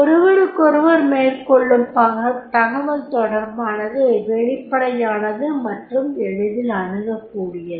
ஒருவருக்கொருவர் மேற்கொள்ளும் தகவல் தொடர்பானது வெளிப்படையானது மற்றும் எளிதில் அணுகக்கூடியது